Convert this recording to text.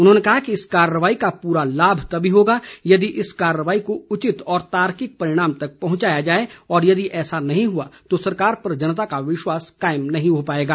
उन्होंने कहा कि इस कार्रवाई का पूरा लाभ तभी होगा यदि इस कार्रवाई को उचित और तार्किक परिणाम तक पहुंचाया जाए और यदि ऐसा नहीं हुआ तो सरकार पर जनता का विश्वास कायम नहीं हो पाएगा